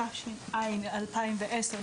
התש"ע-2010,